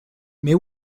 mais